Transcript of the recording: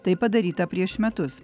tai padaryta prieš metus